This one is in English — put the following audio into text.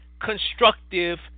constructive